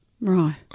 Right